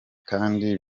kandi